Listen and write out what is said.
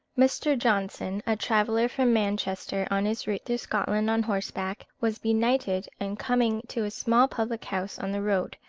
mr. johnson, a traveller from manchester, on his route through scotland on horseback, was benighted, and coming to a small public-house on the road,